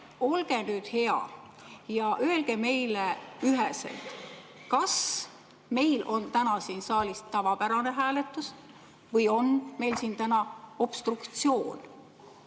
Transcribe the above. Olge hea ja öelge meile üheselt, kas meil on täna siin saalis tavapärane hääletus või on meil siin obstruktsioon.